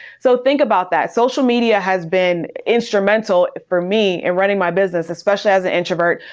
so think about that. social media has been instrumental for me in running my business, especially as an introvert,